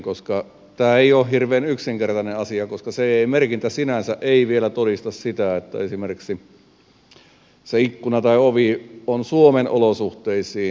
koska tämä ei ole hirveän yksinkertainen asia koska ce merkintä sinänsä ei vielä todista sitä että esimerkiksi se ikkuna tai ovi on suomen olosuhteisiin soveltuva